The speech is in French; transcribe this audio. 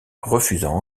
refusant